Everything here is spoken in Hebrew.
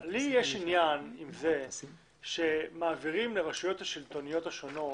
לי יש עניין עם זה שמעבירים לרשויות השלטוניות השונות